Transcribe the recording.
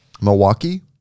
Milwaukee